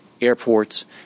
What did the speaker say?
airports